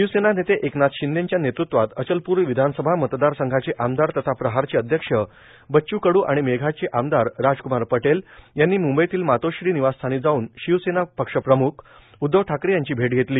शिवसेना नेते एकनाथ शिंदेच्या नेतृत्वात अचलपूर विधानसभा मतदारसंघाचे आमदार तथा प्रहारचे अध्यक्ष बच्चू कडू आणि मेळघाटचे आमदार राजक्मार पटेल यांनी मुंबईतील मातोश्री निवासस्थानी जाऊन शिवसेना पक्षप्रम्ख उद्धव ठाकरे यांची भेट घेतली